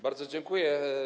Bardzo dziękuję.